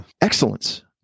Excellence